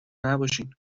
نباشین